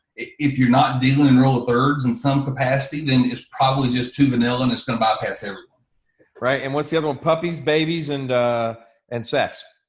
if you're not dealing in rule of thirds in some capacity, then it's probably just too vanilla and it's gonna bypass everyone. all right and what's the other one puppies, babies and and sex?